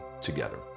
together